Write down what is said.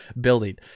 building